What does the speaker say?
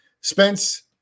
Spence